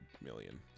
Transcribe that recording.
million